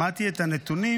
שמעתי את הנתונים